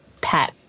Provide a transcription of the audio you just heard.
pet